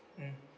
mm